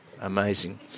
amazing